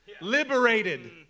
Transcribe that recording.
Liberated